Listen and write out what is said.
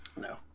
No